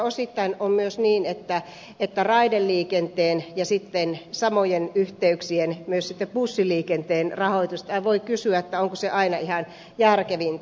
osittain on myös niin että tuetaan raideliikenteen ja sitten samojen bussiliikenteen yhteyksien rahoitusta eli voi kysyä onko se aina ihan järkevintä